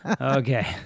Okay